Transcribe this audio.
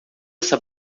essa